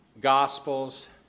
Gospels